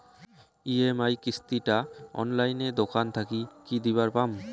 EMI কিস্তি টা অনলাইনে দোকান থাকি কি দিবার পাম?